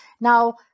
Now